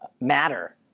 matter